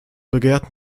begehrt